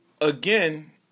again